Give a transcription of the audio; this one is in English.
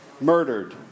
murdered